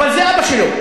אבל זה אבא שלו.